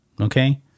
Okay